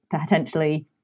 potentially